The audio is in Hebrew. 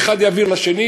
אחד יעביר לאחר?